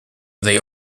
they